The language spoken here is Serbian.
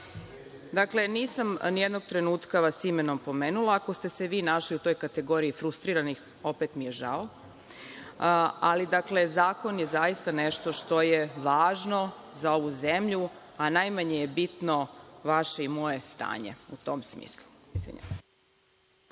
Dakle, nisam nijednog trenutka vas imenom pomenula, ako ste se vi našli u toj kategoriji frustriranih, opet mi je žao, ali dakle, zakon je zaista nešto što je važno za ovu zemlju, a najmanje je bitno vaše i moje stanje u tom smislu.